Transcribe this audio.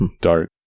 dark